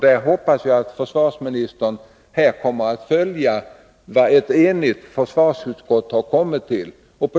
Jag hoppas att försvarsministern kommer att följa vad ett enigt försvarsutskott här har kommit fram till.